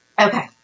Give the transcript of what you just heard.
Okay